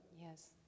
Yes